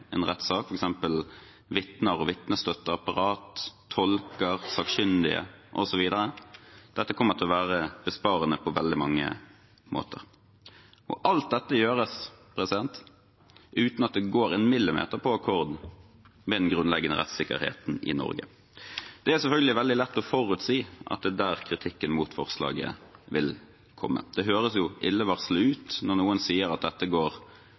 en rettssak, f.eks. vitner og vitnestøtteapparat, tolker, sakkyndige osv. Dette kommer til å være besparende på veldig mange måter, og alt dette gjøres uten at det går en millimeter på akkord med den grunnleggende rettssikkerheten i Norge. Det er selvfølgelig veldig lett å forutsi at det er der kritikken mot forslaget vil komme. Det høres jo illevarslende ut når noen sier at dette går